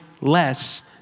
less